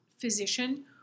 physician